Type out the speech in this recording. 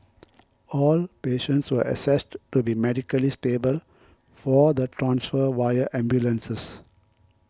all patients were assessed to be medically stable for the transfer via ambulances